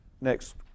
next